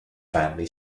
family